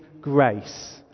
grace